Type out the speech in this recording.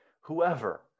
whoever